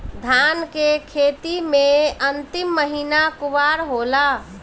धान के खेती मे अन्तिम महीना कुवार होला?